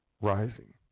rising